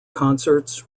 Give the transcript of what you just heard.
concerts